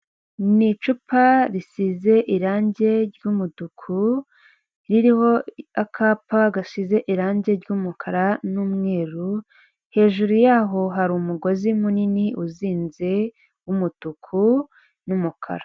Ni icupa risize irangi ry'umutuku ririho akapa gasize irangi ry'umukara n'umweru hejuru yaho hari umugozi munini uzinze w'umutuku n'umukara.